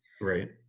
Right